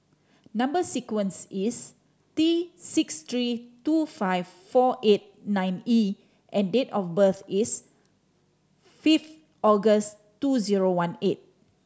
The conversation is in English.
number sequence is T six three two five four eight nine E and date of birth is fifth August two zero one eight